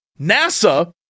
NASA